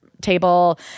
Table